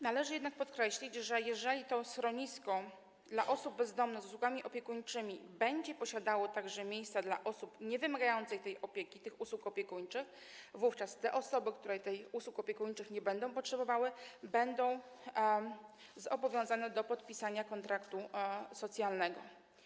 Należy jednak podkreślić, że jeżeli to schronisko dla osób bezdomnych z usługami opiekuńczymi będzie posiadało miejsca także dla osób niewymagających tej opieki, tych usług opiekuńczych, wówczas te osoby, które tych usług opiekuńczych nie będą potrzebowały, będą obowiązane do podpisania kontraktu socjalnego.